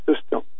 system